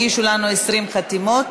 הגישו לנו 20 חתימות,